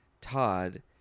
Todd